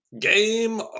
Game